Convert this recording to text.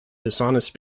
dishonest